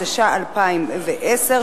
התש"ע 2010,